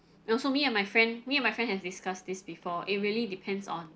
it also me and my friend me and my friend has discussed this before it really depends on